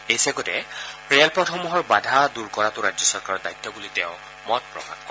এই চেগতে ৰে লপথসমূহৰ বাধা দূৰ কৰাটো ৰাজ্য চৰকাৰৰ দায়িত্ব বুলি তেওঁ মতপ্ৰকাশ কৰে